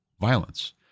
violence